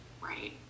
right